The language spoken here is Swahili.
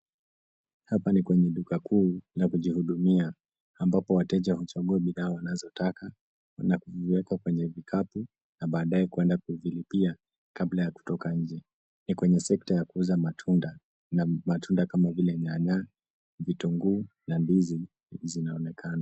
Hapa ni kwenye duka kuu la kujihudumia ambapo wateja huchagua bidhaa wanazotaka na kuviweka kwenye kikapu na baadaye kuenda kuvilipia kabla ya kutoka nje. Ni kwenye sekta ya kuuza matunda na matunda kama vile nyanya, vitunguu na ndizi zinaonekana.